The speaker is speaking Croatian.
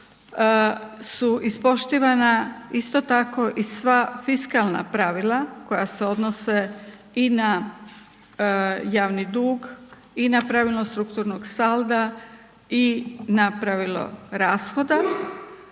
su ispoštivana isto tako i sva fiskalna pravila koja se odnose i na javni dug i na pravilo strukturnog salda i na pravilo rashoda